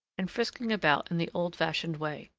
and frisking about in the old-fashioned way.